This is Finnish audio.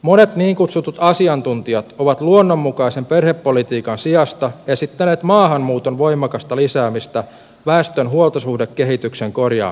monet niin kutsutut asiantuntijat ovat luonnonmukaisen perhepolitiikan sijasta esittäneet maahanmuuton voimakasta lisäämistä väestön huoltosuhdekehityksen korjaamiseksi